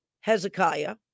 Hezekiah